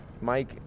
Mike